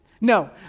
No